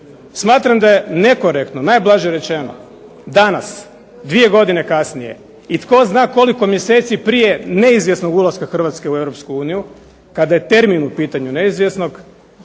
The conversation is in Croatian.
Smatram da je nekorektno, najblaže rečeno, danas dvije godine kasnije i tko zna koliko mjeseci prije neizvjesnog ulaska Hrvatske u Europsku uniju, kada je termin u pitanju neizvjesnog,